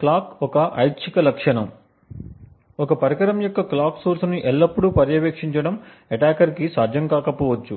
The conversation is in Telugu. క్లాక్ ఒక ఐచ్ఛిక లక్షణం ఒక పరికరం యొక్క క్లాక్ సోర్స్ని ఎల్లప్పుడూ పర్యవేక్షించడం అటాకర్ కి సాధ్యం కాకపోవచ్చు